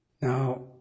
now